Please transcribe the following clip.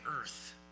earth